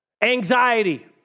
Anxiety